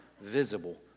visible